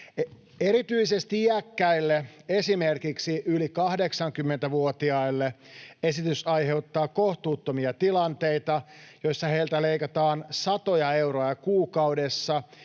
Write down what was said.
Erityisesti iäkkäille, esimerkiksi yli 80-vuotiaille, esitys aiheuttaa kohtuuttomia tilanteita, joissa heiltä leikataan satoja euroja kuukaudessa